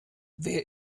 wer